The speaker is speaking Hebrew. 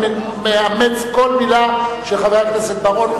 אני מאמץ כל מלה של חבר הכנסת בר-און,